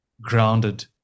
grounded